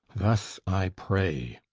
thus i pray.